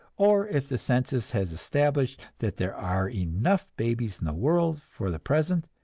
or if the census has established that there are enough babies in the world for the present,